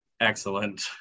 excellent